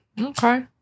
Okay